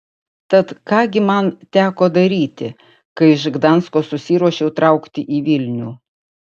tad ką gi man teko daryti kai iš gdansko susiruošiau traukti į vilnių